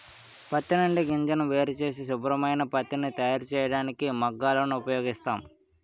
పత్తి నుండి గింజను వేరుచేసి శుభ్రమైన పత్తిని తయారుచేయడానికి మగ్గాలను ఉపయోగిస్తాం